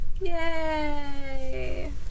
Yay